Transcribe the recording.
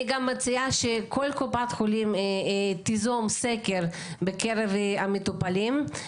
אני גם מציעה שכל קופת חולים תיזום סקר בקרב המטופלים.